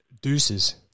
Deuces